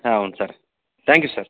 ಹಾಂ ಹ್ಞೂ sir thank you sir